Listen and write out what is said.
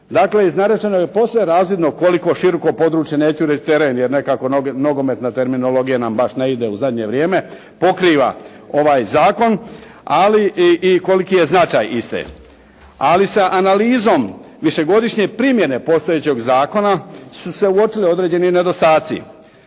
Dakle, iz narečenog posve je razvidno koliko široko područje, neću reći teren jer nekako nogometna terminologija nam baš ne ide u zadnje vrijeme pokriva ovaj zakon ali i koliki je značaj iste. Ali sa analizom višegodišnje primjene postojećeg zakona su se uočili određeni nedostaci.